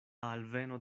alveno